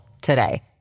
today